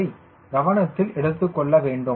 இதை கவனத்தில் எடுத்துக் கொள்ள வேண்டும்